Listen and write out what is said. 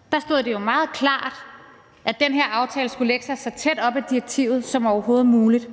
– stod det jo meget klart, at den her aftale skulle lægge sig så tæt op ad direktivet som overhovedet muligt.